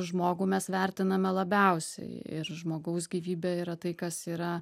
žmogų mes vertiname labiausiai ir žmogaus gyvybė yra tai kas yra